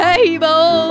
Table